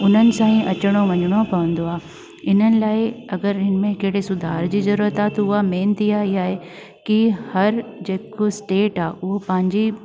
उन्हनि सां ई अचिणो वञिणो पवंदो आहे इन्हनि लाइ अगरि हिनमें केॾे सुधार जी ज़रूरत आहे त उहा मेन तीअं इहा आहे की हर जेको स्टेट आहे उहो पंहिंजी